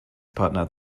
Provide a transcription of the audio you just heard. partner